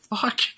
fuck